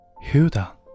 Hilda